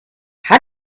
how